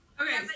Okay